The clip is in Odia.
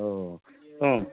ହେଉ ହୁଁ